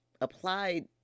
applied